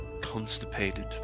constipated